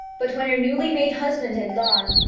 but when her newly-made husband had gone,